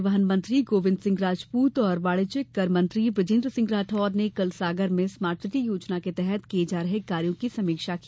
परिवहन मंत्री गोविन्द सिंह राजपूत और वाणिज्यिक कर मंत्री बुजेन्द्र सिंह राठौर ने कल सागर में स्मार्ट सिटी योजना के तहत किये जा रहे कार्यो की समीक्षा की